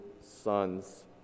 sons